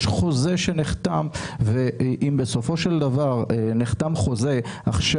יש חוזה שנחתם, ואם בסופו של דבר נחתם חוזה עכשיו,